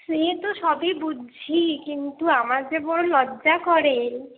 সেতো সবই বুঝছি কিন্তু আমার যে বড় লজ্জা করে